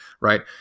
right